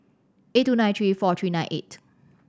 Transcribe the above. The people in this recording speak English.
eight two nine three four three nine eight